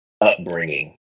upbringing